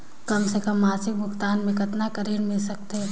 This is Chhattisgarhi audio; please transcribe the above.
कम से कम मासिक भुगतान मे कतना कर ऋण मिल सकथे?